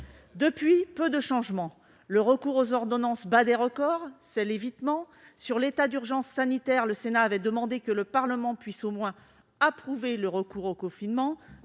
Depuis, peu de changements. Le recours aux ordonnances bat des records- c'est l'évitement permanent. Pour ce qui concerne l'état d'urgence sanitaire, le Sénat avait demandé que le Parlement puisse au moins approuver le recours au confinement-